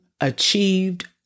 achieved